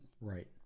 Right